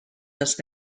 this